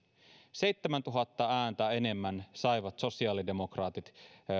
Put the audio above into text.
seitsemäntuhatta ääntä enemmän saivat sosiaalidemokraatit